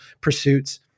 pursuits